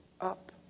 up